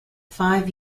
five